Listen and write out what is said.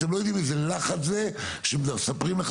אתם לא יודעים איזה לחץ זה שמספרים לך